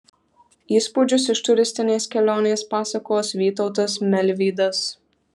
įspūdžius iš turistinės kelionės pasakos vytautas melvydas